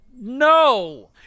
No